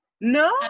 No